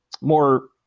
More